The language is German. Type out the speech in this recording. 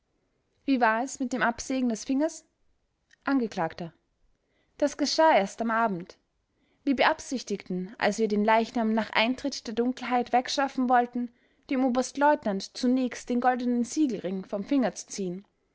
wie war es mit dem absägen des fingers angekl das geschah erst am abend wir beabsichtigten als wir den leichnam nach eintritt der dunkelheit wegschaffen wollten dem oberstleutnant zunächst den golden siegelring vom finger zu ziehen